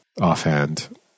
offhand